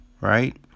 right